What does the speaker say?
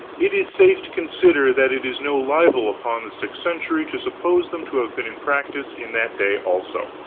it is safe to consider that it is no libel upon the sixth century to suppose them to have been in practice in that day also.